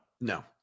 No